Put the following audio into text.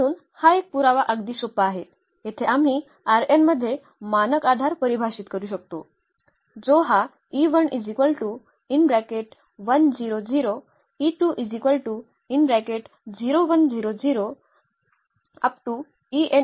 म्हणून हा एक पुरावा अगदी सोपा आहे येथे आम्ही मध्ये मानक आधार परिभाषित करू शकतो जो हा आहे